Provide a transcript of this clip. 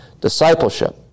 discipleship